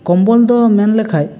ᱠᱚᱢᱵᱚᱞ ᱫᱚ ᱢᱮᱱ ᱞᱮᱠᱷᱟᱡ